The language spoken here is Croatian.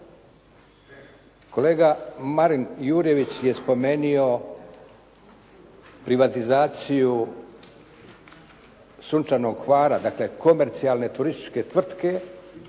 Kolega Marin Jurjević je spomenuo privatizaciju "Sunčanog Hvara" dakle komercijalne turističke tvrtke